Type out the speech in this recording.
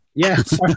Yes